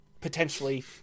potentially